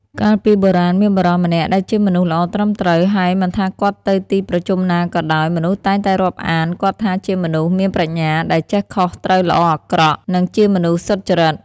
កាលពីបុរាណ មានបុរសម្នាក់ដែលជាមនុស្សល្អត្រឹមត្រូវ ហើយមិនថាគាត់ទៅទីប្រជុំណាក៏ដោយ មនុស្សតែងតែរាប់អានគាត់ថាជាមនុស្សមានប្រាជ្ញា ដែលចេះខុសត្រូវល្អអាក្រក់ និងជាមនុស្សសុចរិត។